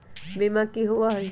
बीमा की होअ हई?